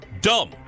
dumb